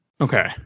Okay